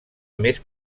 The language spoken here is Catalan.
més